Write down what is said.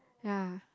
ya